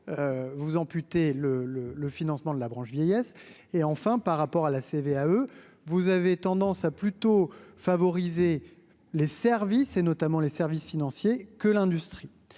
vous amputer le le le financement de la branche vieillesse et, enfin, par rapport à la CVAE vous avez tendance à plutôt favoriser les services et notamment les services financiers, que l'industrie